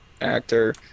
actor